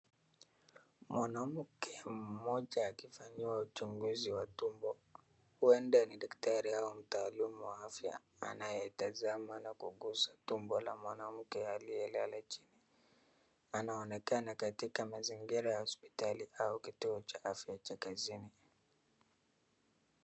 Mwanamke mmoja akifanyiwa uchunguzi wa tumbo, huenda ni daktari au mtaalumu wa afya anayetazama na kuguza tumbo la mwanamke aliyelala chini, anaonekana katika mazingira ya hospitali au kituo cha afya cha kazini.